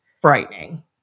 frightening